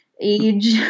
age